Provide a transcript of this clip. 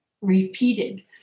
repeated